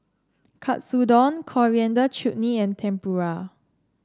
Katsudon Coriander Chutney and Tempura